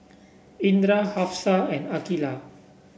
Indra Hafsa and Aqeelah